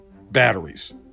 batteries